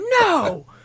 No